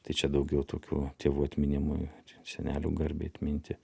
tai čia daugiau tokių tėvų atminimui senelių garbei atminti